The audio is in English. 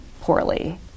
poorly